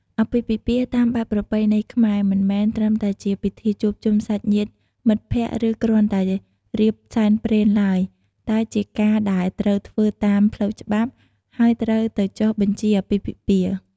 អាពាហ៍ពិពាហ៍តាមបែបប្រពៃណីខ្មែរ មិនមែនត្រឹមតែជាពិធីជួបជុំសាច់ញាតិមិត្តភក្តិ ឬគ្រាន់តែរៀបសែនព្រេនឡើយ តែជាការដែលត្រូវធ្វើតាមផ្លូវច្បាប់ ហើយត្រូវទៅចុះបញ្ជីអាពាហ៍ពិពាហ៍។